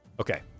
Okay